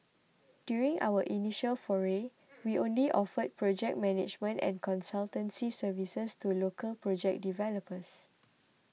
during our initial foray we only offered project management and consultancy services to local project developers